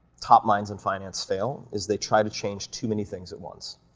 top minds in finance fail is they try to change too many things at once.